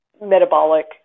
metabolic